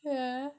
yeah